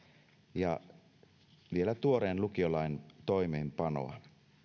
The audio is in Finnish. ja vielä tuoreen lukiolain toimeenpanoa